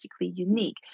unique